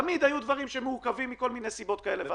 תמיד היו דברים שמעוכבים מכל מיני סיבות כאלה ואחרות,